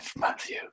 Matthew